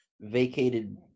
vacated